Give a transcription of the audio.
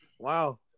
Wow